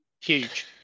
Huge